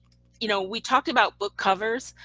you know, we talked about book covers,